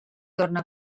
torna